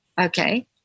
Okay